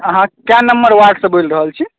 अहाँ कए नम्बर वार्डसे बोलि रहल छी